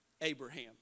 Abraham